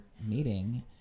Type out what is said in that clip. meeting